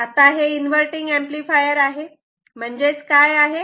आता हे inverting amplifier आहे म्हणजेच काय आहे